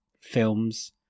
films